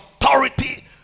authority